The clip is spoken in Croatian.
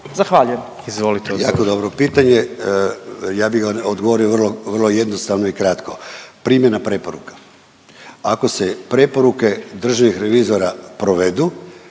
**Klešić, Ivan** Jako dobro pitanje. Ja bih vam odgovorio vrlo jednostavno i kratko. Primjena preporuka. Ako se preporuke državnih revizora provedu,